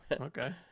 okay